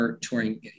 touring